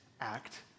act